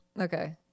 Okay